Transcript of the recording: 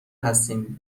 هستیم